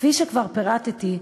כפי שכבר פירטתי,